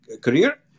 career